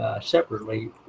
separately